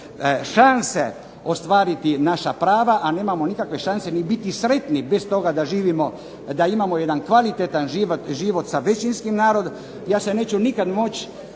šanse ostvariti naša prava, a nemamo nikakve šanse niti biti sretni bez toga da imamo jedan kvalitetan život sa većinskim narodom. Ja se neću nikad moći